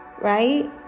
right